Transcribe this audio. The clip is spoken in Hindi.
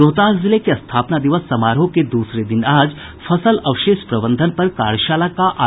रोहतास जिले के स्थापना दिवस समारोह के दूसरे दिन आज फसल अवशेष प्रबंधन पर कार्यशाला का आयोजन किया गया